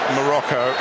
Morocco